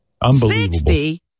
Unbelievable